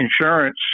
insurance